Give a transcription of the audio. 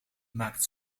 maakt